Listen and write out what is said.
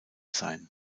sein